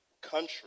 country